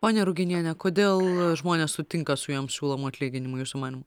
ponia ruginiene kodėl žmonės sutinka su jam siūlomu atlyginimu jūsų manymu